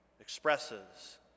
expresses